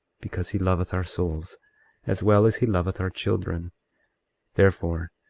because he loveth our souls as well as he loveth our children therefore,